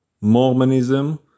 Mormonism